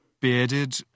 bearded